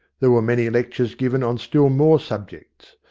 there were many lectures given on still more subjects.